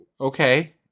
Okay